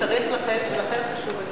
לכן חשוב הדיון.